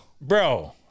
bro